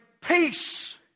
peace